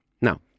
Now